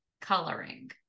coloring